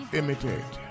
imitate